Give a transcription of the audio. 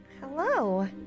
Hello